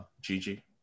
Gigi